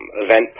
event